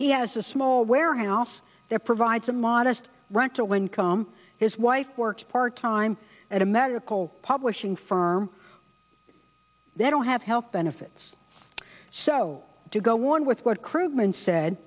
he has a small warehouse that provides a modest rental income his wife works part time at a medical publishing firm they don't have health benefits so do go on with what crewman said